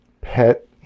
pet